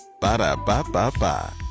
Ba-da-ba-ba-ba